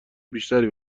بیشتری